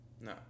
No